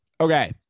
Okay